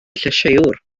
llysieuwr